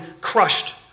crushed